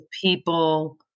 people